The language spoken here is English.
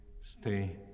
stay